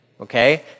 Okay